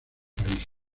país